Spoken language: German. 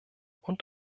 und